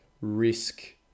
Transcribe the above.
risk